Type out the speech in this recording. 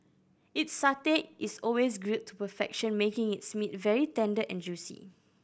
its satay is always grilled to perfection making its meat very tender and juicy